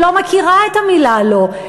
שלא מכירה את המילה לא.